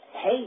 hey